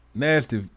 nasty